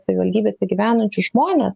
savivaldybėse gyvenančius žmones